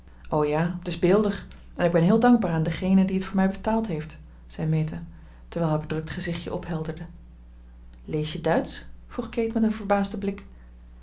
o ja het is beeldig en ik ben heel dankbaar aan dengene die het voor mij vertaald heeft zei meta terwijl haar bedrukt gezichtje ophelderde lees je duitsch vroeg kate met een verbaasden blik